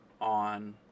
on